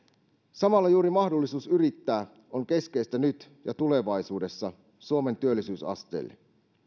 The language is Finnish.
samalla juuri mahdollisuus yrittää on keskeistä nyt ja tulevaisuudessa suomen työllisyysasteelle